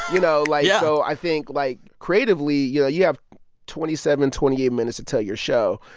you know, like so i think, like, creatively, you know, you have twenty seven, twenty eight minutes to tell your show.